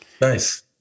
Nice